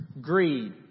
Greed